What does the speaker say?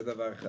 זה דבר אחד.